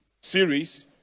series